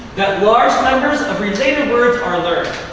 that large numbers of related words are learned,